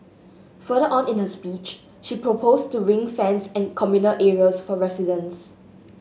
further on in her speech she proposed to ring fence and communal areas for residents